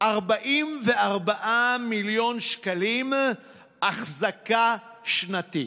44 מיליון שקלים אחזקה שנתית.